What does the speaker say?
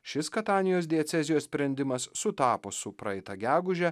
šis katanijos diecezijos sprendimas sutapo su praeitą gegužę